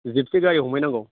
जिपसि गारि हमहैनांगौ